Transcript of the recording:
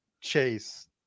Chase